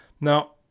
Now